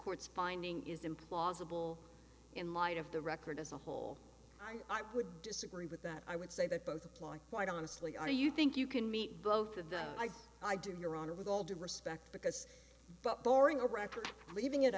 court's finding is implausible in light of the record as a whole i would disagree with that i would say that both apply quite honestly are you think you can meet both of them i do your honor with all due respect because but boring a record and leaving it